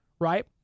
right